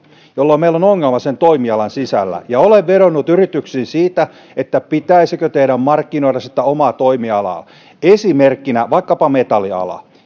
jolloin meillä on ongelma sen toimialan sisällä olen vedonnut yrityksiin siitä pitäisikö teidän markkinoida omaa toimialaa esimerkkinä vaikkapa metalliala